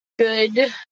good